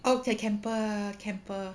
oh ca~ camper ah camper